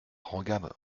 regarde